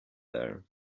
there